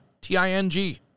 T-I-N-G